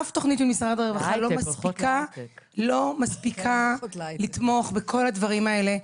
אף תוכנית ממשרד הרווחה לא מספיקה לתמוך בכל הדברים האלה.